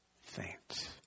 faint